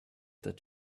that